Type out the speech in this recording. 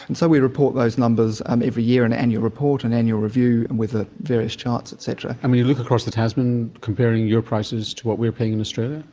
and so we report those numbers um every year, an and annual report, an annual review, and with ah various charts, et cetera. and when you look across the tasman, comparing your prices to what we are paying in australia?